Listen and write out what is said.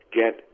get